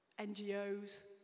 NGOs